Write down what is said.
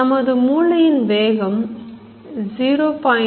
நமது மூளையின் வேகம் 0